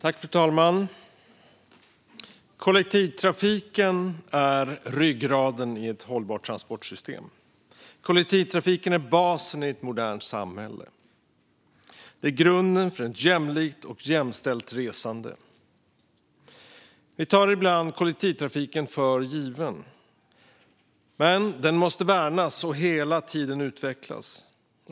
Fru talman! Kollektivtrafiken är ryggraden i ett hållbart transportsystem. Kollektivtrafiken är basen i ett modernt samhälle. Den är grunden för ett jämlikt och jämställt resande. Vi tar ibland kollektivtrafiken för given, men den måste värnas och hela tiden utvecklas.